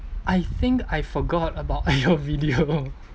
I think I forgot about your video